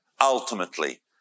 ultimately